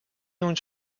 uns